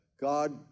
God